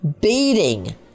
beating